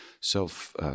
self